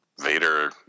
Vader